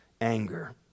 anger